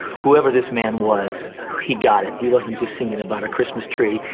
whoever this man was, he got it. he wasn't just singing about a christmas tree,